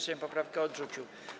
Sejm poprawkę odrzucił.